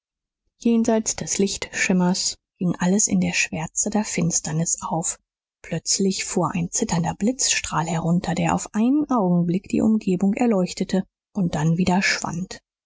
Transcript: jenseits des lichtschimmers ging alles in der schwärze der finsternis auf plötzlich fuhr ein zitternder blitzstrahl herunter der auf einen augenblick die umgebung erleuchtete und dann wieder schwand